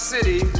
City